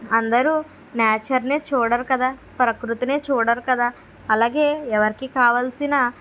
అందరూ న్యాచర్ నే చూడరు కదా ప్రకృతినే చూడరు కదా అలాగే ఎవరికి కావాల్సిన